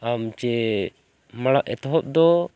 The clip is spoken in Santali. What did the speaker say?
ᱟᱢ ᱪᱮᱫ ᱢᱟᱲᱟᱝ ᱮᱛᱚᱦᱚᱵ ᱫᱚ